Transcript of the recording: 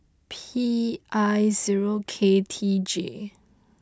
P I zero K T J